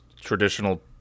traditional